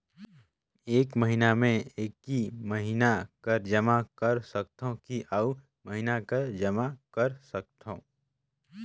एक महीना मे एकई महीना कर जमा कर सकथव कि अउ महीना कर जमा कर सकथव?